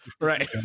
Right